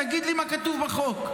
תגיד לי מה כתוב בחוק.